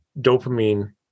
dopamine